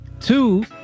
two